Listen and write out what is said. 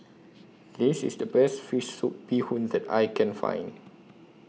This IS The Best Fish Soup Bee Hoon that I Can Find